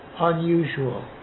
unusual